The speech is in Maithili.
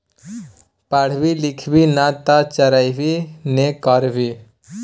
पढ़बी लिखभी नै तँ चरवाहिये ने करभी